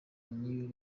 new